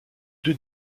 deux